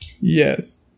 Yes